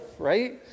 right